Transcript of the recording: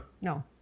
No